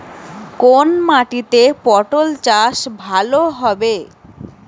কোন মাটিতে পটল চাষ ভালো হবে?